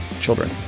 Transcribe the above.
children